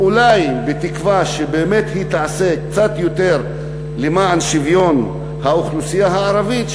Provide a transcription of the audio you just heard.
בתקווה שאולי באמת היא תעשה קצת יותר למען שוויון האוכלוסייה הערבית,